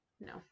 No